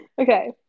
Okay